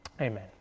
Amen